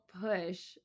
push